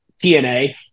TNA